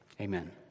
Amen